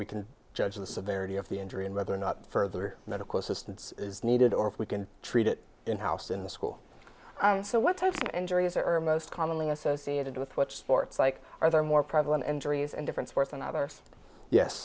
we can judge the severity of the injury and whether or not further medical assistance is needed or if we can treat it in house in the school so what type of injuries are most commonly associated with what sports like are there more prevalent injuries and different sports than others yes